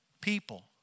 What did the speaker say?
people